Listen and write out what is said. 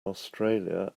australia